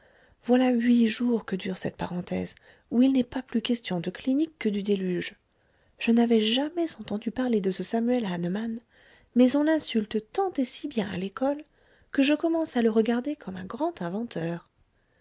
voilà huit jours que dure cette parenthèse où il n'est pas plus question de clinique que du déluge je n'avais jamais entendu parler de ce samuel hahnemann mais on l'insulte tant et si bien à l'ecole que je commence à le regarder comme un grand inventeur